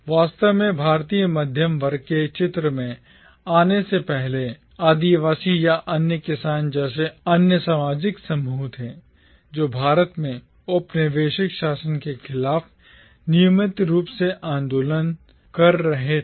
वास्तव में भारतीय मध्यम वर्ग के चित्र में आने से पहले आदिवासी या अन्य किसान जैसे अन्य सामाजिक समूह थे जो भारत में औपनिवेशिक शासन के खिलाफ नियमित रूप से आंदोलन कर रहे थे